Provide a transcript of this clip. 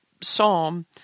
psalm